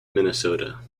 minnesota